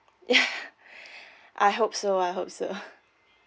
yeah I hope so I hope so